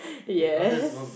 yes